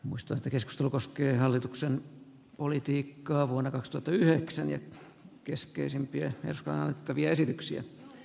mustasta keskustelu koskee hallituksen politiikka on vastata yheksän keskeisimpiä freskoa sitten toisinpäin